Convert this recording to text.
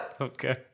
Okay